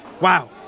Wow